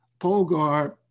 Pogar